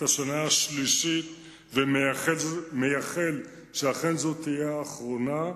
השנה השלישית ומייחל שאכן זאת תהיה האחרונה.